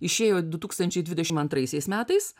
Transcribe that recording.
išėjo du tūkstančiai dvidešim antraisiais metais